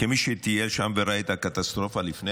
כמי שטייל שם וראה את הקטסטרופה לפני,